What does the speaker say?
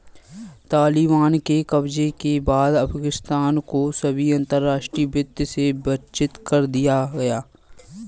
तालिबान के कब्जे के बाद अफगानिस्तान को सभी अंतरराष्ट्रीय वित्त से वंचित कर दिया गया